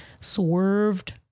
swerved